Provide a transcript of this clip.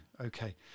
okay